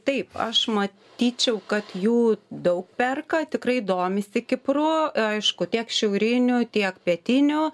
taip aš matyčiau kad jų daug perka tikrai domisi kipru aišku tiek šiauriniu tiek pietiniu